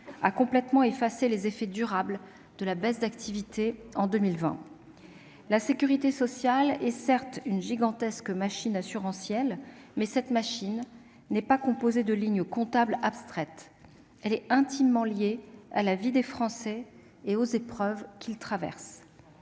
complètement les effets durables de la baisse d'activité en 2020. Certes, la sécurité sociale est une gigantesque machine assurantielle, mais celle-ci n'est pas composée de lignes comptables abstraites ; elle est intimement liée à la vie des Français et aux épreuves que ceux-ci traversent.